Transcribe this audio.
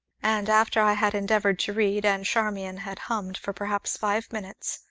and, after i had endeavored to read, and charmian had hummed for perhaps five minutes,